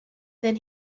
then